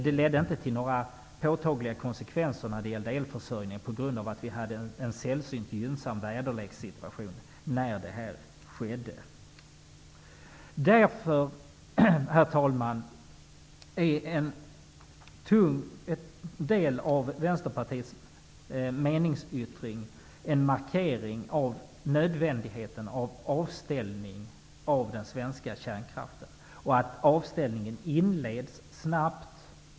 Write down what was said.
Det ledde inte till några påtagliga konsekvenser när det gällde elförsörjningen på grund av att vi hade en sällsynt gynnsam väderlekssituation när det skedde. Herr talman! Detta är skälen till att en del av Vänsterpartiets meningsyttring utgör en markering av nödvändigheten i avställning av den svenska kärnkraften och i att avställningen inleds snabbt.